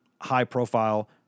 high-profile